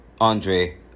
Andre